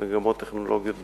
מגמות טכנולוגיות,